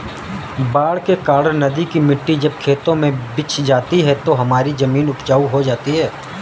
बाढ़ के कारण नदी की मिट्टी जब खेतों में बिछ जाती है तो हमारी जमीन उपजाऊ हो जाती है